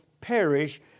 perish